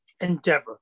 endeavor